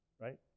right